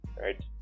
right